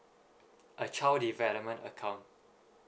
a child development account